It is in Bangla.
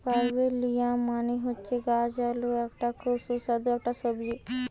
পার্পেলিয়াম মানে হচ্ছে গাছ আলু এটা খুব সুস্বাদু একটা সবজি